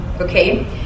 okay